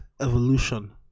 evolution